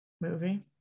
movie